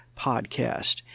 podcast